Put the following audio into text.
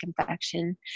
infection